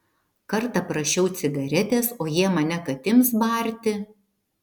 kartą prašiau cigaretės o jie mane kad ims barti